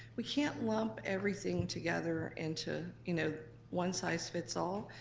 we can't lump everything together into you know one size fits all,